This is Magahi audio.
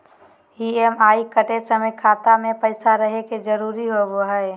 ई.एम.आई कटे समय खाता मे पैसा रहे के जरूरी होवो हई